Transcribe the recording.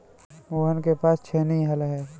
मोहन के पास छेनी हल है